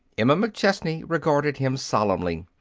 emma mcchesney regarded him solemnly.